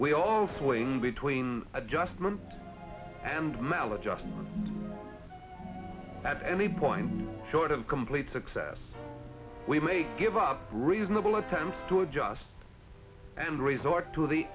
we all fling between adjustment and maladjusted at any point short of complete success we may give up reasonable attempts to adjust and resort to the